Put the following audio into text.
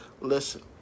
Listen